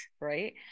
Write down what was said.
right